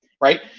right